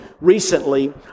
recently